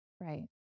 Right